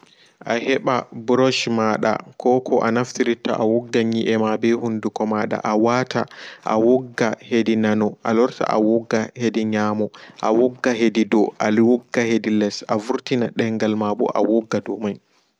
A lota pellel mai se aeɓa ɓutol ɓoddum laɓɓdum se ahaɓɓa ha ati maajum